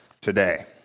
today